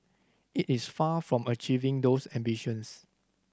it is far from achieving those ambitions